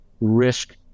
risk